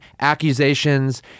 accusations